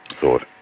thought.